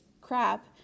crap